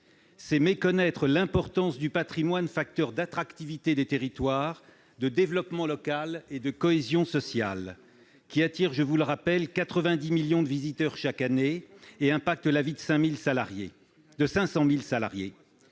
C'est méconnaître l'importance du patrimoine, facteur d'attractivité des territoires, de développement local et de cohésion sociale qui attire, je vous le rappelle, 90 millions de visiteurs chaque année et impacte la vie de 500 000 salariés.